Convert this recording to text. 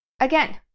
again